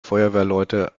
feuerwehrleute